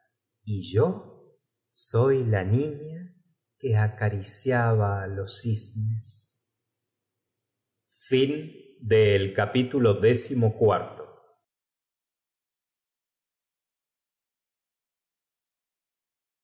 y yo soy la niña quién boga así por el río de esencia que acariciaba á los cisnes